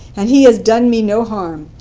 and he has done me no harm.